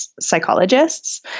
psychologists